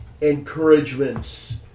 encouragements